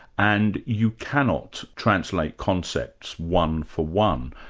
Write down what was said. and you cannot translate concepts one for one.